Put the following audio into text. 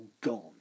gone